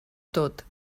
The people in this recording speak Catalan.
tot